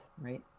right